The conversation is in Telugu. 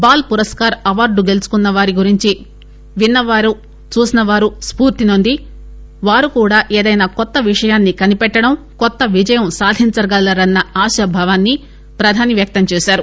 బాల్ పురస్కార్ అవార్డు గెలుసుకున్న వారి గురించి విన్నవారు చూసినవారు స్పూర్తినోంది వారు కూడా ఏదైనా కొత్త విషయాన్ని కనిపెట్టడం కొత్త విజయం సాధించగలరన్న ఆశాభావాన్ని ప్రధాని వ్యక్తం చేశారు